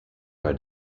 her